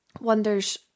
wonders